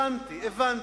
הבנתי, הבנתי,